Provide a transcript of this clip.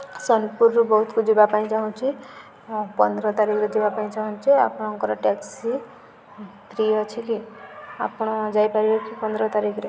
ସୋନପୁରରୁ ବୌଦ୍ଧକୁ ଯିବା ପାଇଁ ଚାହୁଁଛି ପନ୍ଦର ତାରିଖରେ ଯିବା ପାଇଁ ଚାହୁଁଛି ଆପଣଙ୍କର ଟ୍ୟାକ୍ସି ଫ୍ରି ଅଛି କି ଆପଣ ଯାଇପାରିବେ କି ପନ୍ଦର ତାରିଖରେ